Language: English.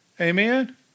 Amen